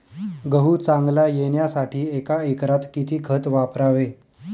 गहू चांगला येण्यासाठी एका एकरात किती खत वापरावे?